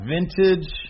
Vintage